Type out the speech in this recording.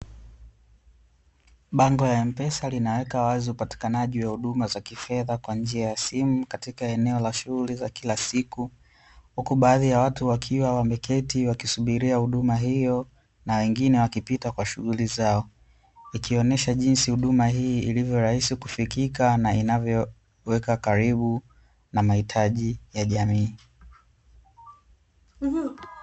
Bango la "m-pesa" linaweka wazi upatikanaji wa kifedha kwa njia ya simu katika eneo la shughuli za kila siku, huku baadhi ya watu wakiwa wameketi wakisubiria huduma hiyo, nawengine wakiendelea na shughuli zao, ikionyesha huduma hii ilivyorahisi kufikika na inavyoweka karibu na mahitaji ya jamii.